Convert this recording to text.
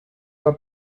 are